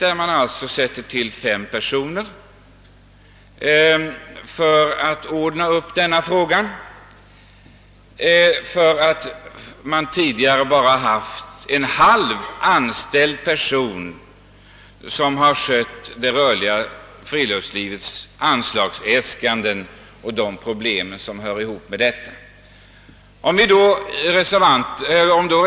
Enligt propositionens förslag skall fem personer tillsättas för att sköta det rörliga friluftslivets anslagsäskanden och härtill hörande problem, en uppgift som tidigare handhafts av en person på halvtid.